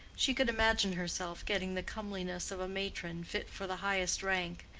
she could imagine herself getting the comeliness of a matron fit for the highest rank.